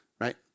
right